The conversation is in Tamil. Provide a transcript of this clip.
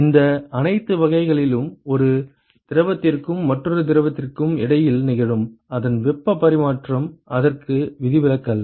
இந்த அனைத்து வகைகளிலும் ஒரு திரவத்திற்கும் மற்றொரு திரவத்திற்கும் இடையில் நிகழும் அதன் வெப்ப பரிமாற்றம் அதற்கு விதிவிலக்கல்ல